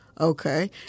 Okay